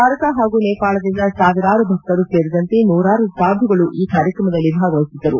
ಭಾರತ ಹಾಗು ನೇಪಾಳದಿಂದ ಸಾವಿರಾರು ಭಕ್ತರು ಸೇರಿದಂತೆ ನೂರಾರು ಸಾಧುಗಳು ಈ ಕಾರ್ಕ್ರಮದಲ್ಲಿ ಭಾಗವಹಿಸಿದ್ದರು